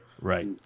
right